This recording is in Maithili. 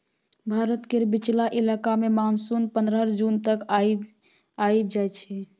भारत केर बीचला इलाका मे मानसून पनरह जून तक आइब जाइ छै